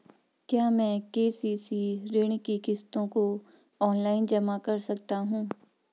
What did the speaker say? क्या मैं के.सी.सी ऋण की किश्तों को ऑनलाइन जमा कर सकता हूँ?